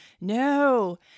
no